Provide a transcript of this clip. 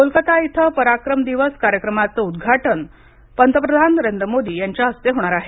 कोलकाता इथं पराक्रम दिवस कार्यक्रमाचं उद्घाटन पंतप्रधान नरेंद्र मोदी यांच्या हस्ते होणार आहे